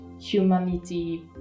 humanity